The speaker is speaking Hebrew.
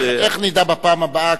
נדע בפעם הבאה,